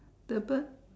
the bird